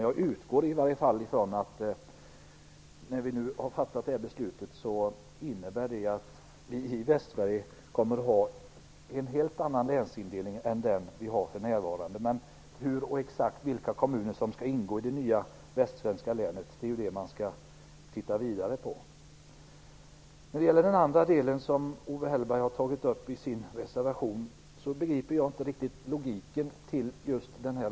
Jag utgår från att det här beslutet kommer att innebära en helt annan länsindelning för Västsverige än den nuvarande, men hur den skall se ut, exakt vilka kommuner som skall ingå i det nya västsvenska länet, skall man alltså titta vidare på. När det gäller den andra delen, det som Owe Hellberg har tagit upp i sin reservation, begriper jag inte riktigt logiken.